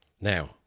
Now